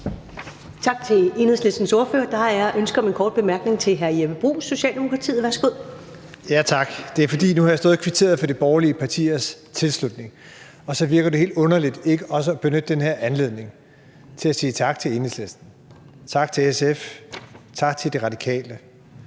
Tak til Enhedslistens ordfører. Der er ønske om en kort bemærkning fra hr. Jeppe Bruus, Socialdemokratiet. Værsgo. Kl. 12:54 Jeppe Bruus (S): Tak. Nu har jeg stået og kvitteret for de borgerlige partiers tilslutning, og så virker det helt underligt ikke også at benytte den her anledning til at sige tak til Enhedslisten, tak til SF, tak til De Radikale.